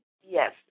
yes